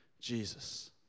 Jesus